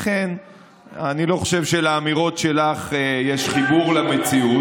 לכן אני לא חושב שלאמירות שלך יש חיבור למציאות.